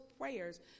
prayers